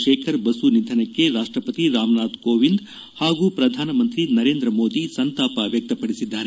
ಶೇಖರ್ ಬಸು ನಿಧನಕ್ಕೆ ರಾಷ್ಟಪತಿ ರಾಮನಾಥ್ ಕೋವಿಂದ್ ಹಾಗೂ ಪ್ರಧಾನಮಂತ್ರಿ ನರೇಂದ್ರಮೋದಿ ಸಂತಾಪ ವ್ಯಕ್ಷಪಡಿಸಿದ್ದಾರೆ